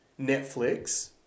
Netflix